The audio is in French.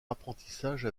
apprentissage